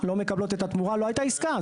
לא הייתה עסקה.